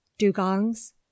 dugongs